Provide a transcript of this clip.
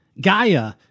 Gaia